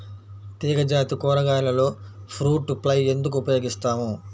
తీగజాతి కూరగాయలలో fruit fly ఎందుకు ఉపయోగిస్తాము?